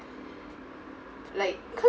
like